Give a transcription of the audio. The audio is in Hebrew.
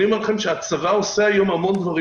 אני אומר לכם שהצבא עושה היום המון דברים